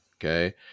Okay